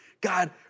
God